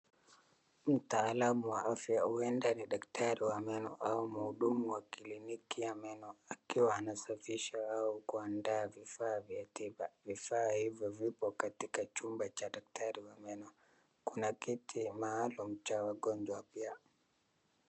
Mtaalamu wa afya huenda ni daktari wa meno au mhudumu wa clinic ya meno, akiwa anasafisha au kuandaa vifa vya tiba, vifaa hivyo viko katika chumba cha daktari wa meno kuna kiti maalum cha wagonjwa pia.